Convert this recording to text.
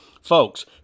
Folks